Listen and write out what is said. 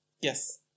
Yes